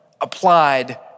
applied